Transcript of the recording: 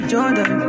Jordan